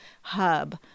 hub